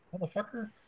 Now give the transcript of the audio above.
Motherfucker